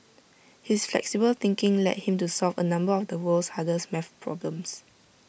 his flexible thinking led him to solve A number of the world's hardest math problems